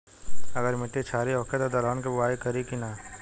अगर मिट्टी क्षारीय होखे त दलहन के बुआई करी की न?